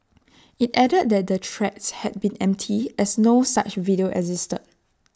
IT added that the threats had been empty as no such video existed